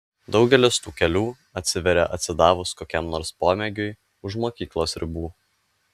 daugelis tų kelių atsiveria atsidavus kokiam nors pomėgiui už mokyklos ribų